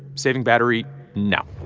saving battery now